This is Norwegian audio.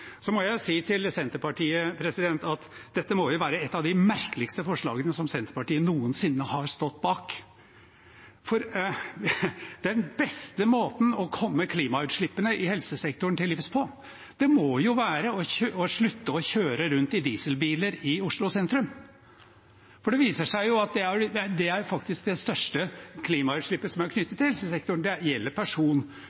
Så må jeg si til Senterpartiet at dette må være et av de merkeligste forslagene Senterpartiet noensinne har stått bak. Den beste måten å komme klimautslippene i helsesektoren til livs på må være å slutte å kjøre rundt i dieselbiler i Oslo sentrum. Det viser seg at det største klimautslippet som er